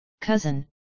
cousin